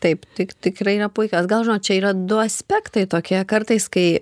taip tik tikrai ne puikios gal žinot čia yra du aspektai tokie kartais kai